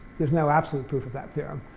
there's no absolute proof of that theorem.